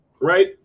right